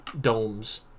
domes